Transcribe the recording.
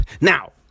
Now